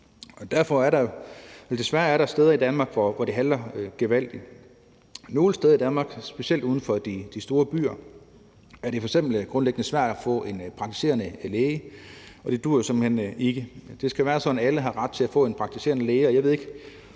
i verdensklasse. Der er desværre steder i Danmark, hvor det halter gevaldigt. Nogle steder i Danmark, specielt uden for de store byer, er det f.eks. grundlæggende svært at blive tilknyttet en praktiserende læge, og det duer simpelt hen ikke. Det skal jo være sådan, at alle har ret til at blive tilknyttet en praktiserende læge, og jeg ved ikke,